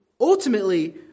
ultimately